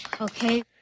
Okay